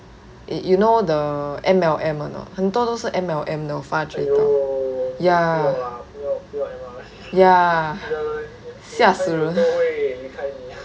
eh you know the M_L_M anot 很多都是 M_L_M 的我发觉到 ya ya 吓死人